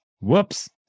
Whoops